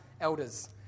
elders